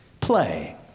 Play